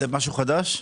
זה משהו חדש?